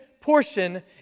portion